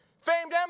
Famed